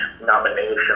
nomination